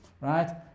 right